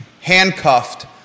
handcuffed